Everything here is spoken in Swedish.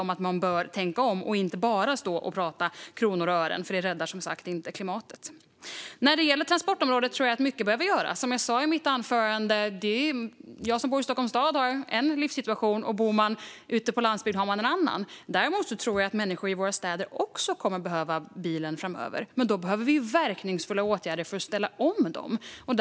Man kanske bör tänka om och inte bara stå och prata kronor och ören, för det räddar inte klimatet. Det är mycket som behöver göras på transportområdet. Som jag sa i mitt anförande bor jag i Stockholms stad och har en livssituation. Bor man ute på landsbygden har man en annan livssituation. Däremot tror jag att människor i städer också kommer att behöva bilen framöver, men då behövs det verkningsfulla åtgärder för att ställa om dessa bilar.